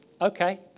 Okay